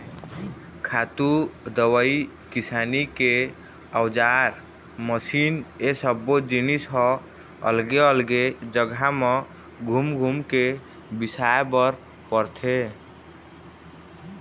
खातू, दवई, किसानी के अउजार, मसीन ए सब्बो जिनिस ह अलगे अलगे जघा म घूम घूम के बिसाए बर परथे